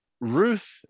Ruth